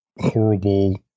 horrible